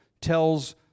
tells